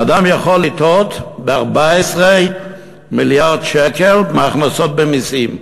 אדם יכול לטעות ב-14 מיליארד שקלים מהכנסות במסים.